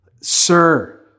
Sir